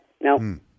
No